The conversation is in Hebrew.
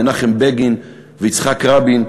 מנחם בגין ויצחק רבין,